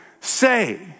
say